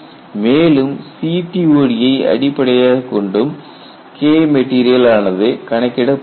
மேலும் CTOD ஐ அடிப்படையாகக் கொண்டும் KMat ஆனது கணக்கிடப்படுகிறது